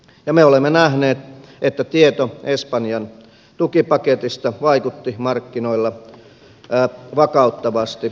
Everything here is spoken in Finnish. ja me olemme nähneet että tieto espanjan tukipaketista vaikutti markkinoilla vakauttavasti vain hetken